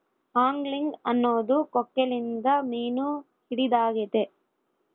angling ಅನ್ನೊದು ಕೊಕ್ಕೆಲಿಂದ ಮೀನು ಹಿಡಿದಾಗೆತೆ